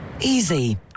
Easy